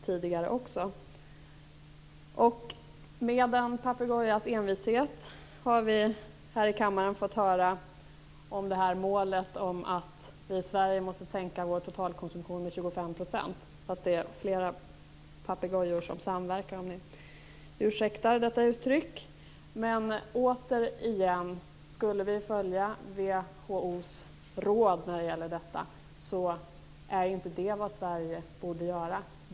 Man har här i kammaren med en papegojas envishet återkommit till målet att Sverige måste sänka sin totalkonsumtion med 25 %. Det är - om uttrycket ursäktas - flera papegojor som samverkar om detta. Återigen: Skall vi följa WHO:s råd i detta sammanhang är inte detta vad Sverige borde göra.